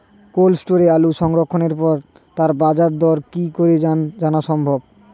Cold স্টোরে আলু সংরক্ষণের পরে তার বাজারদর কি করে জানা সম্ভব?